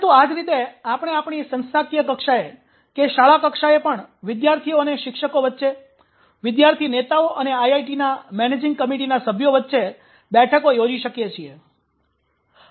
પરંતુ આ જ રીતે આપણે આપણી સંસ્થાકીય કક્ષાએ કે શાળા કક્ષાએ પણ વિદ્યાર્થીઓ અને શિક્ષકો વચ્ચે વિદ્યાર્થી નેતાઓ અને આઈઆઈટીના મેનેજિંગ કમિટીના સભ્યો વચ્ચે બેઠકો યોજી શકીએ છીએ